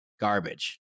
garbage